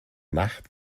nacht